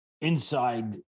inside